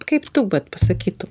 kaip tu vat pasakytum